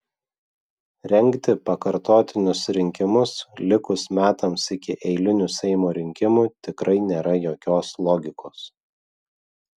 rengti pakartotinius rinkimus likus metams iki eilinių seimo rinkimų tikrai nėra jokios logikos